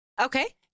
Okay